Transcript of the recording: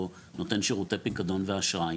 או נותן שירותי פיקדון ואשראי?